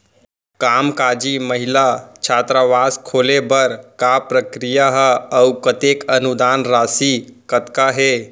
कामकाजी महिला छात्रावास खोले बर का प्रक्रिया ह अऊ कतेक अनुदान राशि कतका हे?